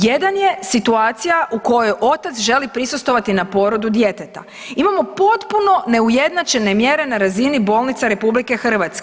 Jedan je situacija u kojoj otac želi prisustvovati na porodu djeteta, imamo potpuno neujednačene mjere na razini bolnica RH.